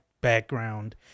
background